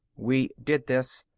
we did this,